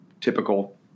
typical